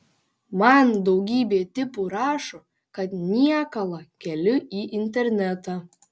man daugybė tipų rašo kad niekalą keliu į internetą